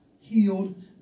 healed